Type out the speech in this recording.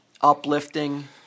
uplifting